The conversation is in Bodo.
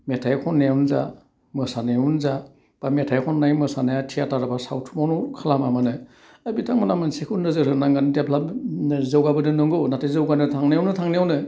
मेथाइ खन्नायावनो जा मोसानायावनो जा बा मेथाइ खन्नाय मोसानाया थियेटार बा सावथुनावनो खालामा मानो दा बिथांमोना मोनसेखौ नोजोर होनांगोन देब्लाब जौगाबोदों नंगौ नाथाइ जौगानो थांनायावनो थांनायावनो